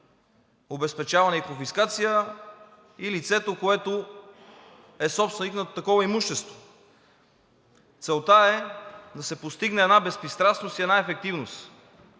обезпечаване и конфискация, и от лицето, което е собственик на такова имущество. Целта е да се постигне една безпристрастност и една ефективност.